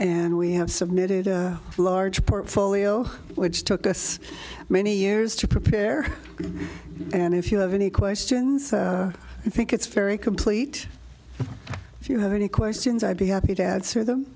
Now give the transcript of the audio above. and we have submitted a large portfolio which took us many years to prepare and if you have any questions i think it's very complete if you have any questions i'd be happy to answer them